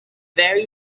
very